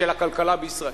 של הכלכלה בישראל.